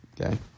Okay